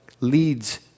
leads